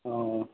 हूँ